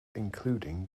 including